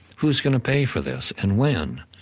who's going to pay for this, and when?